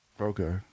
Okay